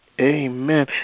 Amen